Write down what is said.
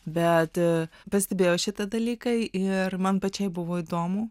bet pastebėjau šitą dalyką ir man pačiai buvo įdomu